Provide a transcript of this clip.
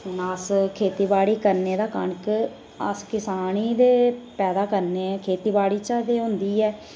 हून अस खेती बाड़ी करने तां कनक अस किसान ही ते पैदा करने आं खेतीबाड़ी चा ते होंदी ऐ